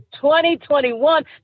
2021